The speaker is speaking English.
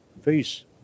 face